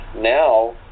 Now